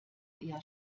eher